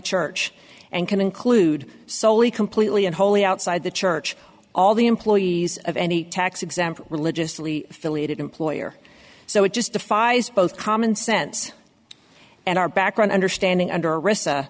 church and can include soli completely and wholly outside the church all the employees of any tax exempt religiously affiliated employer so it just defies both common sense and our background understanding